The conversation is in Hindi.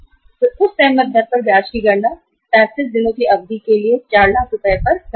वे उस सहमत दर पर ब्याज की गणना 35 दिन की अवधि के लिए 4 लाख रुपए पर करेंगे